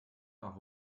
nach